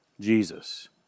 Jesus